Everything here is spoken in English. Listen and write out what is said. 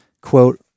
quote